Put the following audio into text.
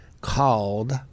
called